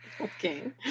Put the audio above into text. Okay